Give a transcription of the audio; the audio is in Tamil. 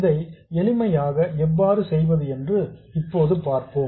இதை எளிமையாக எவ்வாறு செய்வது என்று இப்போது பார்ப்போம்